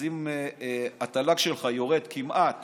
אז אם התל"ג שלך יורד כמעט